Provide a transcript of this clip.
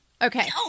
Okay